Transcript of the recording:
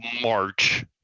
March